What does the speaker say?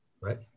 Right